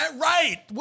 Right